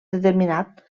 determinat